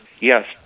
yes